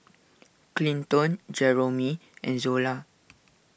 Clinton Jeromy and Zola